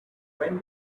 when